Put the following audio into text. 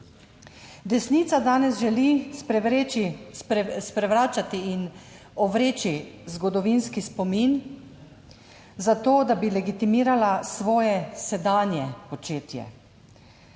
Desnica danes želi sprevreči, sprevračati in ovreči zgodovinski spomin zato, da bi legitimirala svoje sedanje početje.